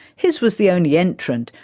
his was the only entrant,